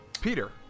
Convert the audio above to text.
peter